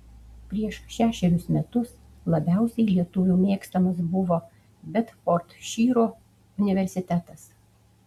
prieš šešerius metus labiausiai lietuvių mėgstamas buvo bedfordšyro universitetas